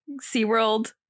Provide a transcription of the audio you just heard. SeaWorld